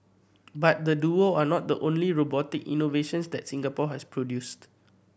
but the duo are not the only robotic innovations that Singapore has produced